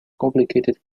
complicated